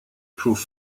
prove